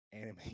anime